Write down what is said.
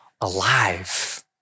alive